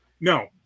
No